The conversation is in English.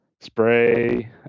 spray